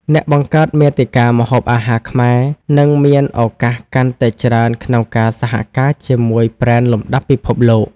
អ្នកបង្កើតមាតិកាម្ហូបអាហារខ្មែរនឹងមានឱកាសកាន់តែច្រើនក្នុងការសហការជាមួយប្រេនលំដាប់ពិភពលោក។